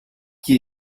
qui